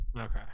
Okay